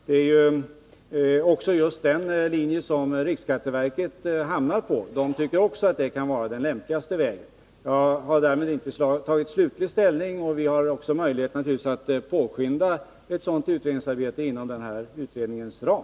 Det är också den linje som riksskatteverket har hamnat på. Man tycker där också att det kan vara den lämpligaste vägen. Jag har därmed inte tagit slutlig ställning. Vi har naturligtvis också möjlighet att påskynda ett sådant utredningsarbete inom denna utrednings ram.